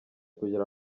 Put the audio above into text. kugira